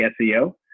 SEO